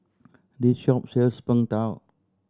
this shop sells Png Tao